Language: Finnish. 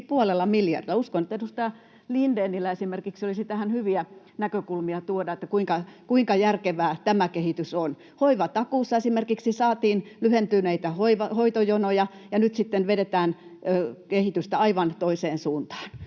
puolella miljardilla. Uskon, että esimerkiksi edustaja Lindénillä olisi tähän hyviä näkökulmia tuoda, että kuinka järkevää tämä kehitys on. Hoivatakuussa esimerkiksi saatiin lyhentyneitä hoitojonoja, ja nyt sitten vedetään kehitystä aivan toiseen suuntaan.